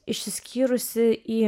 išsiskyrusi į